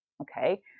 okay